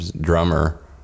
drummer